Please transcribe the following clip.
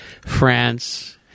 France –